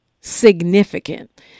significant